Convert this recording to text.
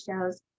shows